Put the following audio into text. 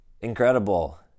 incredible